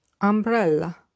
Umbrella